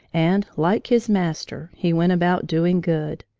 and, like his master, he went about doing good.